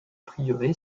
prieuré